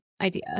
idea